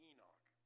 Enoch